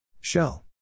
Shell